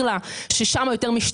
לא משנה כמה אסביר לה ששם יותר משתלם,